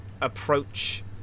approach